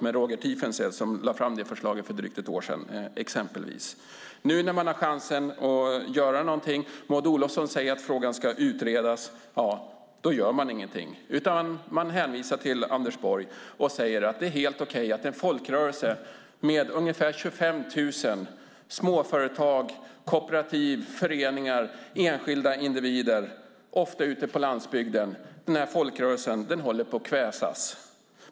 Roger Tiefensee lade fram det förslaget för drygt ett år sedan, exempelvis. Nu när man har chansen att göra någonting - Maud Olofsson har sagt att frågan ska utredas - gör man ingenting, utan man hänvisar till Anders Borg och säger att det är helt okej att en folkrörelse med ungefär 25 000 småföretag, kooperativ, föreningar och enskilda individer, ofta ute på landsbygden, håller på att kväsas.